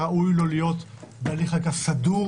היה ראוי לו להיות בהליך סדור,